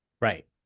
right